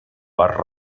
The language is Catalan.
bar